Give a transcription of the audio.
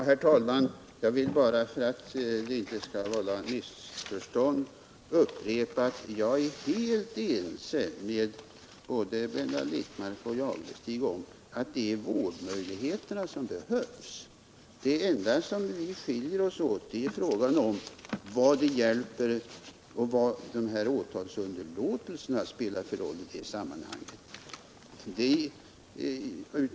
Herr talman! För att det inte skall uppstå några missförstånd vill jag bara upprepa, att jag är helt ense med både Blenda Littmarck och Thure Jadestig om att det är vårdmöjligheter som behövs. Det enda som skiljer oss är uppfattningen om vad som hjälper och vilken roll åtalsunderlåtelserna spelar i sammanhanget.